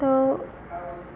तो